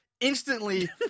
instantly